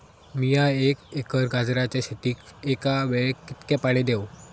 मीया एक एकर गाजराच्या शेतीक एका वेळेक कितक्या पाणी देव?